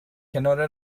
کنار